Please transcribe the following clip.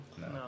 no